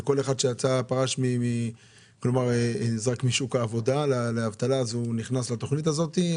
כל אחד שנזרק משוק העבודה לאבטלה נכנס לתכנית הזאת?